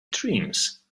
dreams